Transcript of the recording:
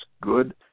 good